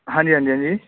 ਹਾਂਜੀ ਹਾਂਜੀ ਹਾਂਜੀ